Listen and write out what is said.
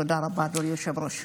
תודה רבה, אדוני היושב-ראש.